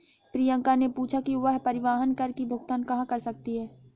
प्रियंका ने पूछा कि वह परिवहन कर की भुगतान कहाँ कर सकती है?